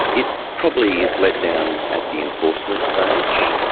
it probably is let down at the enforcement stage.